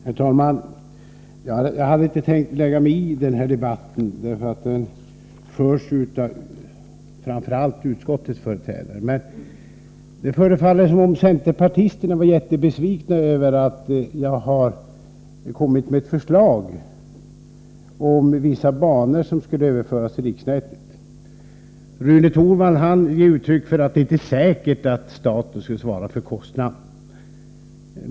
Herr talman! Jag hade inte tänkt lägga mig i den här debatten, eftersom den framför allt förs av utskottets företrädare. Men det förefaller som om centerpartisterna var jättebesvikna över att jag har lagt fram ett förslag om vissa banors överförande till riksnätet. Rune Torwald ger uttryck för uppfattningen att det inte är säkert att staten svarar för kostnaderna.